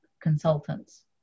consultants